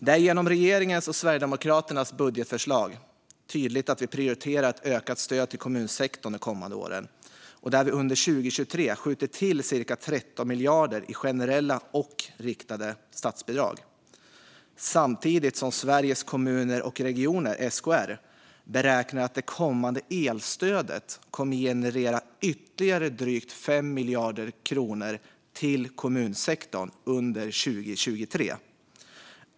Det är i regeringens och Sverigedemokraternas budgetförslag tydligt att vi prioriterar ett ökat stöd till kommunsektorn de kommande åren. Under 2023 skjuter vi till cirka 13 miljarder i generella och riktade statsbidrag, samtidigt som Sveriges Kommuner och Regioner, SKR, beräknar att det kommande elstödet kommer att generera ytterligare drygt 5 miljarder kronor till kommunsektorn under samma år.